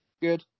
good